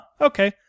okay